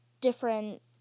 different